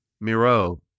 Miro